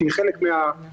שהיא חלק מהטיפול,